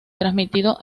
transmitido